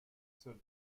zur